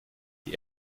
die